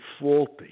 faulty